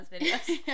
videos